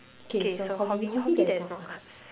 K so hobby hobby that's not arts